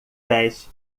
pés